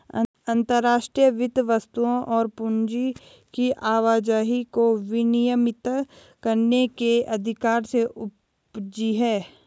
अंतर्राष्ट्रीय वित्त वस्तुओं और पूंजी की आवाजाही को विनियमित करने के अधिकार से उपजी हैं